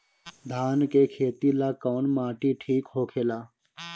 धान के खेती ला कौन माटी ठीक होखेला?